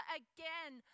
again